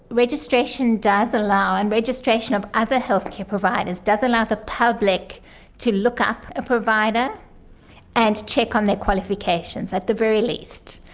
registration does allow, and registration of other healthcare providers does allow the public to look up a provider and check on their qualifications, at the very least.